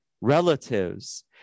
relatives